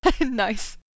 Nice